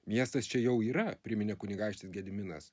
miestas čia jau yra priminė kunigaikštis gediminas